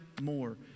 more